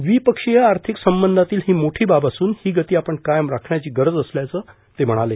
द्विपक्षीय आर्थिक संबंधातील ही मोठी बाब असून ही गती आपण कायम राखण्याची गरज असल्याचं ते म्हणाले